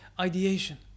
ideation